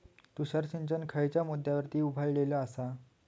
तुषार सिंचन खयच्या मुद्द्यांवर उभारलेलो आसा?